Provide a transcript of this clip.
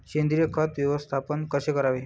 सेंद्रिय खत व्यवस्थापन कसे करावे?